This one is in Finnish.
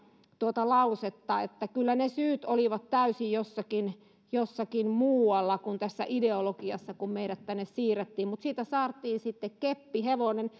tuota lausetta sillä kyllä ne syyt olivat täysin jossakin jossakin muualla kuin tässä ideologiassa kun meidät tänne siirrettiin mutta siitä saatiin sitten keppihevonen